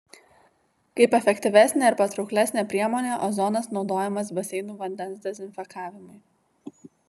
kaip efektyvesnė ir patrauklesnė priemonė ozonas naudojamas baseinų vandens dezinfekavimui